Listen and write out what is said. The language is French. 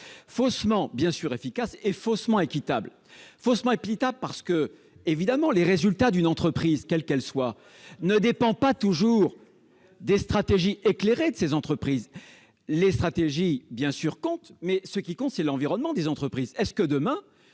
faussement bien sûr efficace et faussement équitable faussement Epita parce que, évidemment, les résultats d'une entreprise quelle qu'elle soit ne dépend pas toujours des stratégies éclairés de ces entreprises, les stratégies bien sûr compte mais ce qui compte, c'est l'environnement des entreprises est-ce que demain